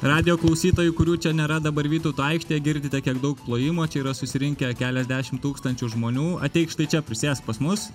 radijo klausytojai kurių čia nėra dabar vytauto aikštėje girdite kiek daug plojimų čia yra susirinkę keliasdešim tūkstančių žmonių ateik štai čia prisėsk pas mus